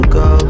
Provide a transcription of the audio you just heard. go